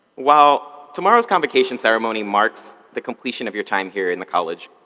while tomorrow's convocation ceremony marks the completion of your time here in the college,